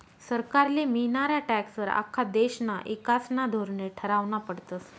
सरकारले मियनारा टॅक्सं वर आख्खा देशना ईकासना धोरने ठरावना पडतस